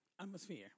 atmosphere